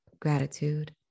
gratitude